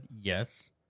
Yes